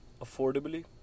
affordably